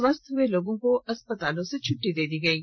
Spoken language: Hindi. स्वस्थ हुए लोगों को अस्पताल से छुट्टी दे दी गयी है